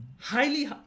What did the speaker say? Highly